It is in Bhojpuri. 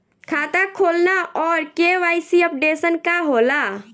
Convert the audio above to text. खाता खोलना और के.वाइ.सी अपडेशन का होला?